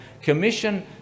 commission